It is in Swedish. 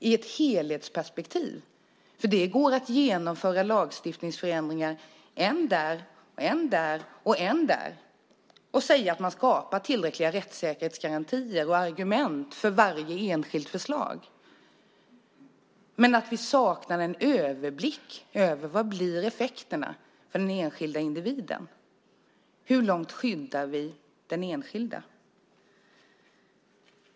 Det går nämligen att genomföra lagstiftningsförändringar - en här och en där - och säga att man skapar tillräckliga rättssäkerhetsgarantier och har argument för varje enskilt förslag. Men man saknar en överblick över effekterna för den enskilda individen. Hur långt skyddar vi den enskilda individen?